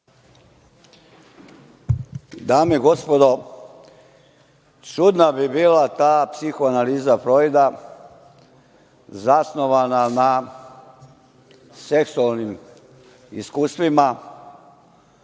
Dame i gospodo, čudna bi bila ta psihoanaliza Frojda zasnovana na seksualnim iskustvima